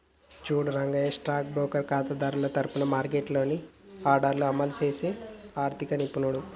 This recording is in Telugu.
చూడు రంగయ్య స్టాక్ బ్రోకర్ ఖాతాదారుల తరఫున మార్కెట్లో ఆర్డర్లను అమలు చేసే ఆర్థిక నిపుణుడు